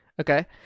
Okay